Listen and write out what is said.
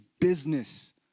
business